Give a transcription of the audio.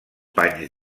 panys